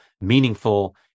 meaningful